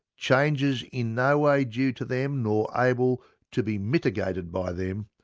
changes in no way due to them nor able to be mitigated by them,